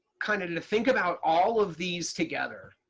kind of to think about all of these together.